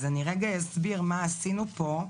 אז אני רגע אסביר מה עשינו פה.